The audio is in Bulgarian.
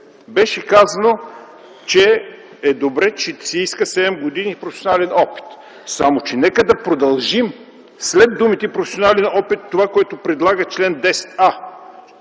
Беше казано, че е добре, че се иска „седем години професионален опит”, само че нека да продължим след думите „професионален опит” това, което предлага чл. 10а,